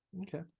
Okay